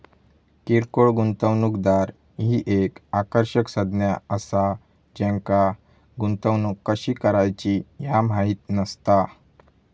किरकोळ गुंतवणूकदार ही एक आकर्षक संज्ञा असा ज्यांका गुंतवणूक कशी करायची ह्या माहित नसता